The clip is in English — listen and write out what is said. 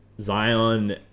Zion